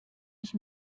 ich